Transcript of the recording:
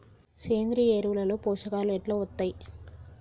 సేంద్రీయ ఎరువుల లో పోషకాలు ఎట్లా వత్తయ్?